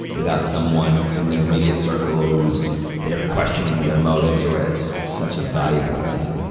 without someone in their immediate circle who's there questioning their motives or whate it's such a valuable thing.